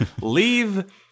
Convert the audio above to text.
leave